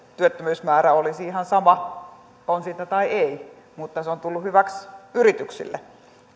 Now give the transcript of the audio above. työttömyysmäärä olisi ihan sama on sitä tai ei mutta se on tullut hyväksi yrityksille